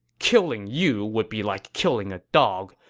killing you would be like killing a dog.